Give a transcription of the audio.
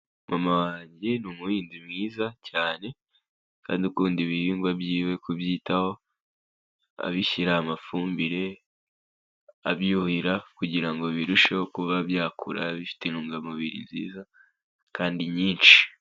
Mama wanjye ni umuhinzi mwiza cyane kandi ukunda ibihingwa byiwe kubyitaho, abishyiraho amafumbire, abyuhira kugira ngo birusheho kuba byakura bifite intungamubiri nziza, kandi nyinshi.